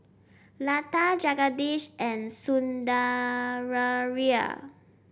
Lata Jagadish and Sundaraiah